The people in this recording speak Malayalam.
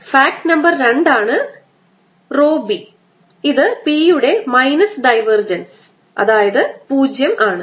ഫാക്ട് നമ്പർ 2 ആണ് ρb ഇത് P യുടെ മൈനസ് ഡൈവേർജൻസ് അതായത് 0 ആണ്